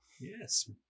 Yes